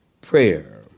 prayer